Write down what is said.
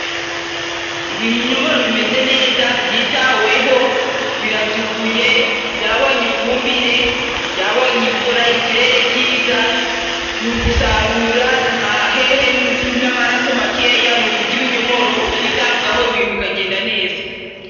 Ibi binyomoro bimeze neza, byitawe ho biratukuye, byabonye ifumbire, byabonye imvura, ikirere cyza, ni ugusarura nta hehe n'amaraso makeya, ni ukurya ibinyomoro, ukitabwaho ibintu bikagenda neza.